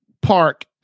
park